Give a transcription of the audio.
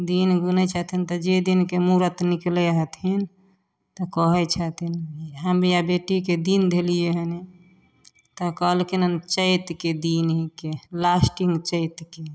दिन गुनै छथिन तऽ जे दिनके मुहूरत निकालै हथिन तऽ कहै छथिन हम हैए बेटीके दिन धेलिए हेँ तऽ कहलखिन हम चैतके दिन हिकै लास्टमे चैतके